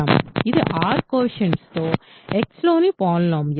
ఇది R కోయెఫిషియంట్స్తో Xలోని పాలినోమియల్